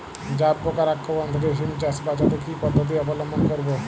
জাব পোকার আক্রমণ থেকে সিম চাষ বাচাতে কি পদ্ধতি অবলম্বন করব?